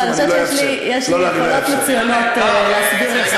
יש לנו סגנית שר, יש לי יכולות מצוינות להסביר לך.